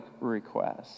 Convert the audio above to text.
request